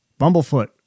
Bumblefoot